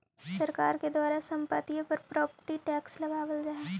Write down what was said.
सरकार के द्वारा संपत्तिय पर प्रॉपर्टी टैक्स लगावल जा हई